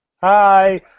Hi